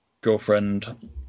girlfriend